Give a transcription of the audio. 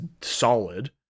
solid